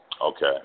Okay